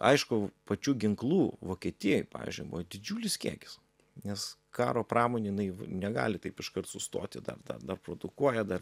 aišku pačių ginklų vokietijoj pavyzdžiui buvo didžiulis kiekis nes karo pramonė jinai negali taip iškart sustoti dar dar dar produkuoja dar